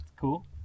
cool